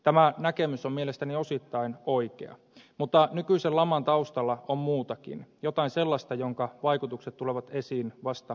tämä näkemys on mielestäni osittain oikea mutta nykyisen laman taustalla on muutakin jotain sellaista jonka vaikutukset tulevat esiin vasta vähitellen